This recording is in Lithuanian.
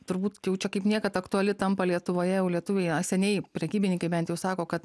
turbūt jau čia kaip niekad aktuali tampa lietuvoje jau lietuviai na seniai prekybininkai bent jau sako kad